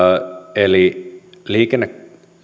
eli